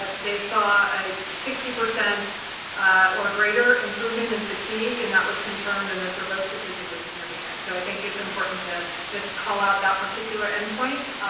they saw a sixty, or greater, improvement in fatigue. and that was confirmed, and those were both statistically significant. so, i think it's important to just call out that particular endpoint,